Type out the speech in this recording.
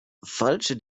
falsche